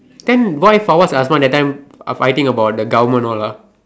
then why Fawaz and Hazwan that time are fighting about the government all ah